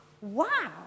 Wow